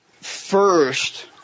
first